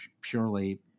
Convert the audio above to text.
purely